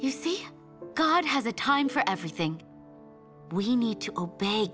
you see god has a time for everything we need to obey